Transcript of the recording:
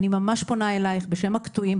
אני ממש פונה אלייך בשם הקטועים,